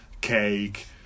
cake